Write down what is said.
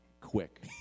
quick